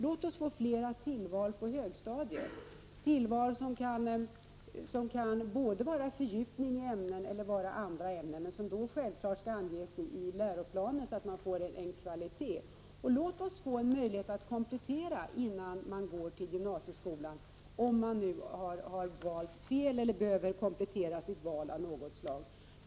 Låt oss få flera tillval på högstadiet, tillval som kan vara antingen fördjupning i ett ämne eller andra ämnen, men som då självfallet skall anges i läroplanen så att kvaliteten garanteras. Och låt oss få en möjlighet att komplettera innan man går vidare till gymnasieskolan om man har valt fel eller av annat skäl behöver komplettera sitt val.